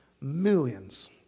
millions